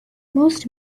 most